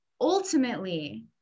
ultimately